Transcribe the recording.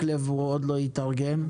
מקלב עוד לא התארגן,